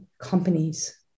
companies